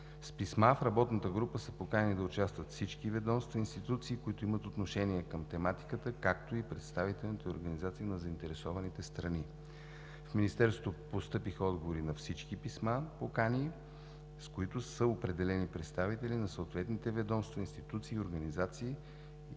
С писма в работната група са поканени да участват всички ведомства и институции, които имат отношение към тематиката, както и представителните организации на заинтересованите страни. В Министерството постъпиха отговори на всички писма-покани, с които са определени представители на съответните ведомства, институции и организации,